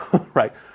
right